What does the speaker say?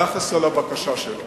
היחס אל הבקשה שלו.